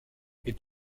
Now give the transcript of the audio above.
est